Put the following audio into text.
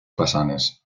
façanes